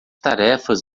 tarefas